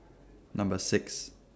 Number six